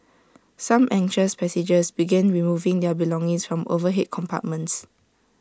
some anxious passengers began removing their belongings from the overhead compartments